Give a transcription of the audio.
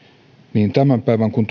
niin tämän päivän kuin